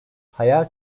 hayal